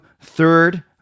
third